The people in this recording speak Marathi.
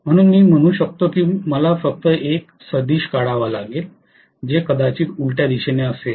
म्हणून मी म्हणू शकतो की मला फक्त एक सदिश काढावा लागेल जे कदाचित उलट दिशेने असेल